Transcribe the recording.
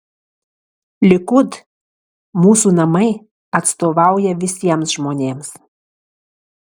likud mūsų namai atstovauja visiems žmonėms